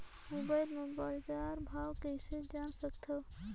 Mobile म बजार भाव कइसे जान सकथव?